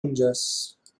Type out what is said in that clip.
اونجاست